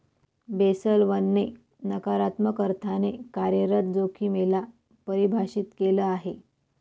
Basel one ने नकारात्मक अर्थाने कार्यरत जोखिमे ला परिभाषित केलं आहे